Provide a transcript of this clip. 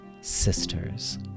Sisters